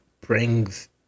brings